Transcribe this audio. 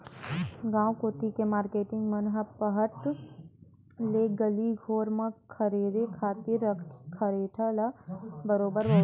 गांव कोती के मारकेटिंग मन ह पहट ले गली घोर ल खरेरे खातिर खरेटा ल बरोबर बउरथे